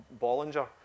Bollinger